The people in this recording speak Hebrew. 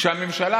כשהממשלה,